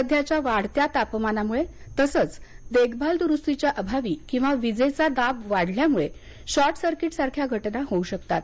सध्याच्या वाढत्या तापमानामुळे तसंच देखभाल दुरुस्तीच्या अभावी किंवा वीजेचा दाब वाढल्यामुळे शॉर्ट सर्किटसारख्या घटना होऊ शकतात